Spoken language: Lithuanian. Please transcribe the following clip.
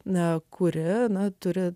na kuri ana turi